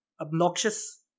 obnoxious